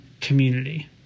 community